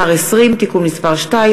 (מס' 20) (תיקון מס' 2,